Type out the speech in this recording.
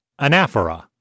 anaphora